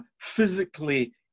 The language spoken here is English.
Physically